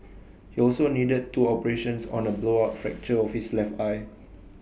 he also needed two operations on A blowout fracture of his left eye